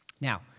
Now